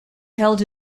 held